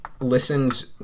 listened